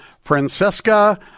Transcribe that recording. Francesca